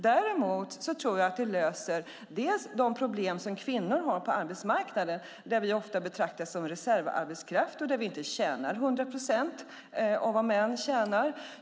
Däremot tror jag att det löser de problem som kvinnor har på arbetsmarknaden, där vi ofta betraktas som reservarbetskraft och inte tjänar 100 procent av vad män tjänar.